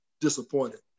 disappointed